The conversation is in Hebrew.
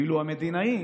ואילו המדינאי